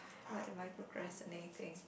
what am I procrastinating